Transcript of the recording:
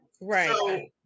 Right